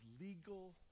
legal